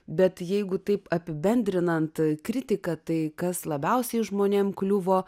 bet jeigu taip apibendrinant kritiką tai kas labiausiai žmonėm kliuvo